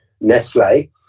Nestle